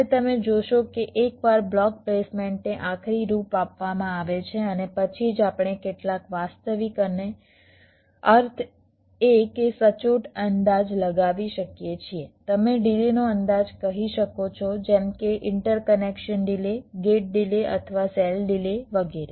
હવે તમે જોશો કે એકવાર બ્લોક પ્લેસમેન્ટને આખરી રૂપ આપવામાં આવે છે અને પછી જ આપણે કેટલાક વાસ્તવિક અને અર્થ એ કે સચોટ અંદાજ લગાવી શકીએ છીએ તમે ડિલેનો અંદાજ કહી શકો છો જેમ કે ઇન્ટરકનેક્શન ડિલે ગેટ ડિલે અથવા સેલ ડિલે વગેરે